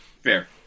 Fair